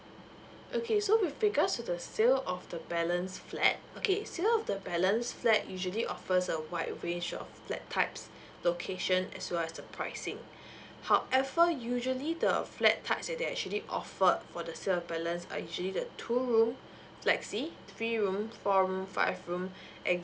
okay so with regards to the sale of the balance flat okay sales of the balance flat usually offers a wide range of flat types location as well as the pricing however usually the a flat types that they actually offered for the sales of the balance are actually the two room flexi three rooms four room five room